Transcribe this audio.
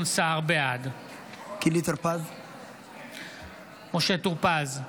בעד משה טור פז,